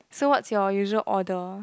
so what's your usual order